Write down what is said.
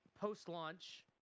post-launch